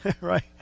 right